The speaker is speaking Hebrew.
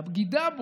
לבגידה בו,